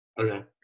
Okay